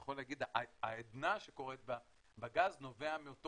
יכול להגיד העדנה שקורית בגז נובעת מאותם